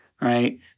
Right